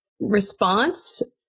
response